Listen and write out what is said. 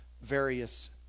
various